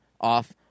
off